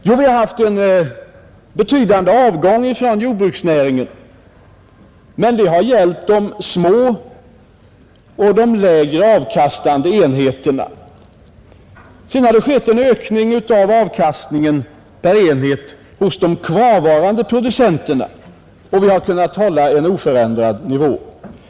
Jo, vi har haft en betydande avgång från jordbruksnäringen, men den har gällt de små och de lägre avkastande enheterna. Sedan har det skett en ökning av avkastningen per enhet hos de kvarvarande producenterna, och vi har kunnat hålla en oförändrad produktionsnivå.